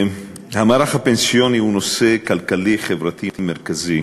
המערך הפנסיוני הוא נושא כלכלי-חברתי מרכזי,